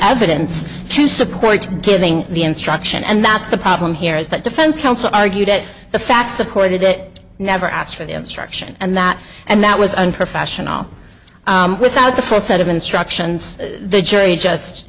evidence to support giving the instruction and that's the problem here is that defense counsel argued that the facts accorded it never asked for the instruction and that and that was unprofessional without the full set of instructions the jury just